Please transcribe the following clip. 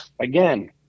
again